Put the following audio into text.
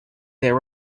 their